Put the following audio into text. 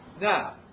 Now